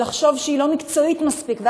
ולחשוב שהיא לא מקצועית מספיק,